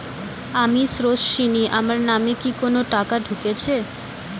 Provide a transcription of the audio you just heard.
আমি স্রোতস্বিনী, আমার নামে কি কোনো টাকা ঢুকেছে?